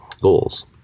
goals